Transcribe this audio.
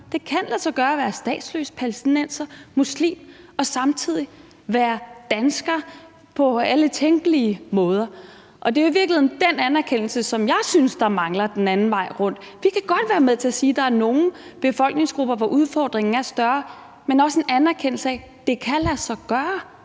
det kan lade sig gøre at være statsløs palæstinenser, muslim og samtidig være dansker på alle tænkelige måder. Det er i virkeligheden den anerkendelse, som jeg synes der mangler den anden vej rundt. Vi kan godt være med til at sige, at der er nogle befolkningsgrupper, hvor udfordringen er større, men der skal også være en anerkendelse af, at det kan lade sig gøre